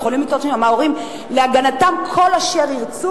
יכולים לטעון שם ההורים להגנתם כל אשר ירצו